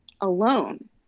alone